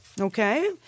Okay